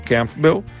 Campbell